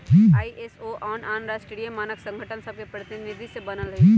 ISO आन आन राष्ट्रीय मानक संगठन सभके प्रतिनिधि से बनल हइ